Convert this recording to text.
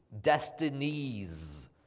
destinies